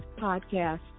Podcast